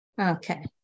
Okay